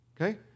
okay